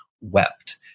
wept